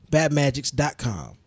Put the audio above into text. Badmagics.com